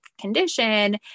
condition